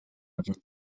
river